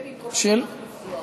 של מפעילי עגורן ואתתים),